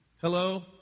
Hello